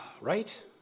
Right